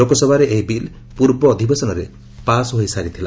ଲୋକସଭାରେ ଏହି ବିଲ୍ ପର୍ବ ଅଧିବେଶନରେ ପାସ୍ ହୋଇସାରିଥିଲା